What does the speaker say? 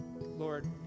Lord